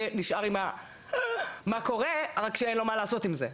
נשאר עם המה קורה רק שאין לו מה לעשות עם זה.